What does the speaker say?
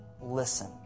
listen